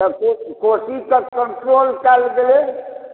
त कोशी कऽ कण्ट्रोल कायल गेलय